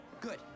Good